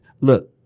look